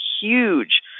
huge